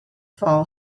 fall